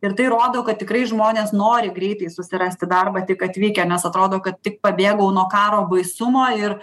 ir tai rodo kad tikrai žmonės nori greitai susirasti darbą tik atvykę nes atrodo kad tik pabėgau nuo karo baisumo ir